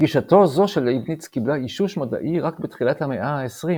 גישתו זו של לייבניץ קבלה אישוש מדעי רק בתחילת המאה העשרים